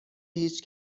هیچ